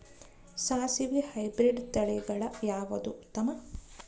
ಸಾಸಿವಿ ಹೈಬ್ರಿಡ್ ತಳಿಗಳ ಯಾವದು ಉತ್ತಮ?